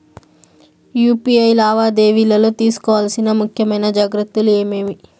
UPI లావాదేవీలలో తీసుకోవాల్సిన ముఖ్యమైన జాగ్రత్తలు ఏమేమీ?